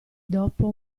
dopo